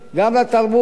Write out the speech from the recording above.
גם לתרבות.